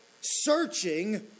searching